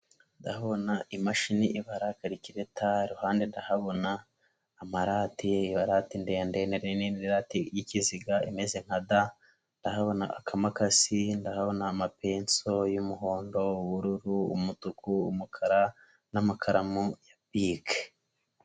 Imashini ibara karikireta kandi ku ruhande hari amarati nk'irate ndende n'irinini y'ikiziga imeze nka da kandi akamakasi, amapeso y'umuhondo n'ubururu, umutuku, umukara n'amakaramu ya bike.